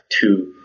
two